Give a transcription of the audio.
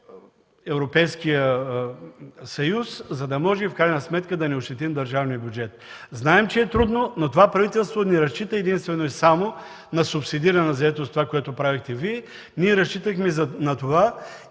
Европейския съюз, за да може в крайна сметка да не ощетим държавния бюджет. Знаем, че е трудно, но това правителство не разчита единствено и само на субсидирана заетост – това, което правихте Вие. Ние разчитахме на това